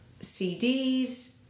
cds